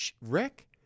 Rick